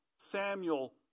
Samuel